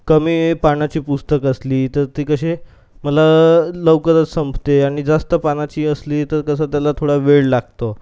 कमी पानाची पुस्तकं असली तर ते कसे मला लवकरच संपते आणि जास्त पानाची असली तर तसा त्याला थोडा वेळ लागतो